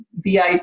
VIP